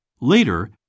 Later